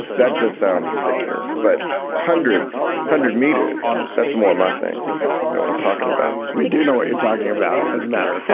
that just sounds ridiculous. but a hundred hundred meters. that's more my thing you know what i'm talking about. we do know what you're talking about. as a matter of fact.